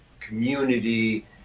community